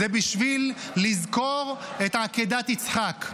זה בשביל לזכור את עקדת יצחק,